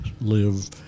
live